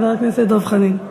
חבר הכנסת דב חנין.